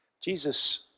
Jesus